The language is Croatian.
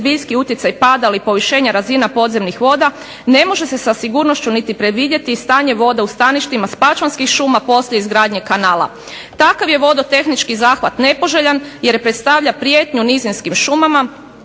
ne može se sa sigurnošću niti predvidjeti stanje voda u staništima spačvanskih šuma poslije izgradnje kanala. Takav je vodotehnički zahvat nepoželjan jer predstavlja prijetnju nizinskim šumama